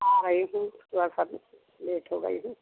आ रही हूँ थोड़ा सा लेट हो गई हूँ